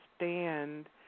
understand